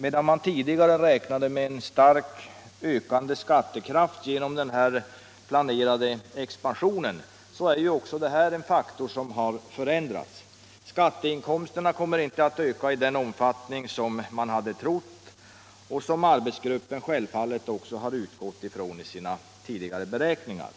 räknade tidigare med en starkt ökande skattekraft — genom den planerade expansionen —- men också det är en faktor som förändrats. Skatteinkomsterna kommer inte att öka i den omfattning som man hade trott och som arbetsgruppen också självfallet utgått från i sina tidigare beräkningar.